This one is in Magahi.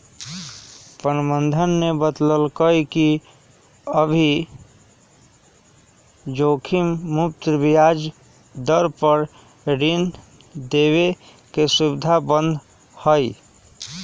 प्रबंधक ने बतल कई कि अभी जोखिम मुक्त ब्याज दर पर ऋण देवे के सुविधा बंद हई